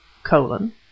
Colon